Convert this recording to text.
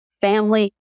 family